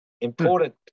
Important